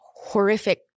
horrific